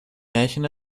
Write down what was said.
märchen